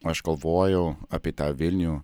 aš galvojau apie tą vilnių